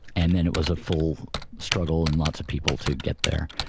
and then it was a full struggle and lots of people to get there.